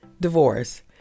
divorce